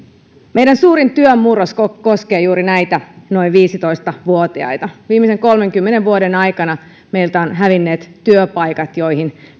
meidän suurin työn murros koskee juuri näitä noin viisitoista vuotiaita viimeisen kolmenkymmenen vuoden aikana meiltä ovat hävinneet työpaikat joihin